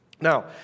Now